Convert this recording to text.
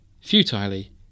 futilely